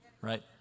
right